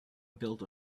built